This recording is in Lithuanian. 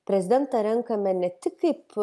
prezidentą renkame ne tik kaip